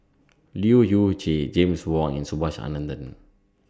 Leu Yew Chye James Wong and Subhas Anandan